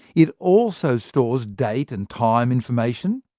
it also stores date and time information,